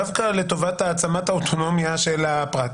דווקא לטובת העצמת האוטונומיה של הפרט.